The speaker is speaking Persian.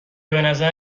بنظر